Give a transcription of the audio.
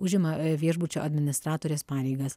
užima viešbučio administratorės pareigas